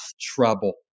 trouble